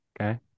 Okay